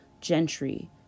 gentry